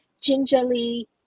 gingerly